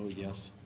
yes,